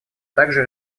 также